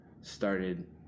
started